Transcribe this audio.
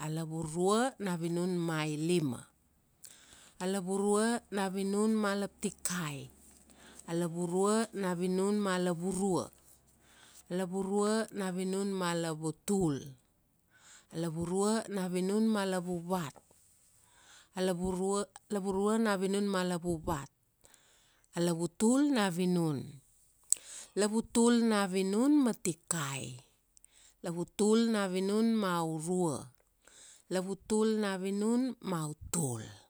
a lavurua na vinun ma ilima. A lavurua na vinun ma laptikai, a lavurua na vinun ma lavurua, a lavurua na vinun ma lavutul, a lavurua na vinun ma lavuvat, a lavurua, a lavurua na vinun ma lavuvat, a lavutul na vinun. Lavutul na vinun ma tikai, lavutul na vinun ma urua, lavutul na vinun ma utul.